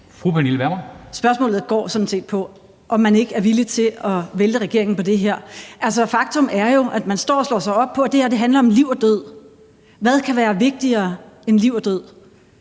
Spørgsmålet går sådan set på, om man ikke er villig til at vælte regeringen på det her. Faktum er jo, at man står og slår sig op på, at det her handler om liv og død. Hvad kan være vigtigere end liv og død?